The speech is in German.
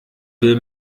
will